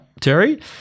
Terry